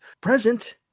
present